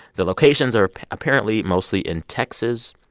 the locations are apparently mostly in texas,